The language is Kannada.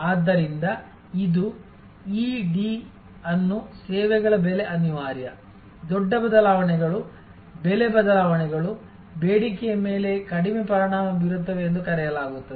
ಆದ್ದರಿಂದ ಇದು ಈ ಡಿ ಅನ್ನು ಸೇವೆಗಳ ಬೆಲೆ ಅನಿವಾರ್ಯ ದೊಡ್ಡ ಬದಲಾವಣೆಗಳು ಬೆಲೆ ಬದಲಾವಣೆಗಳು ಬೇಡಿಕೆಯ ಮೇಲೆ ಕಡಿಮೆ ಪರಿಣಾಮ ಬೀರುತ್ತವೆ ಎಂದು ಕರೆಯಲಾಗುತ್ತದೆ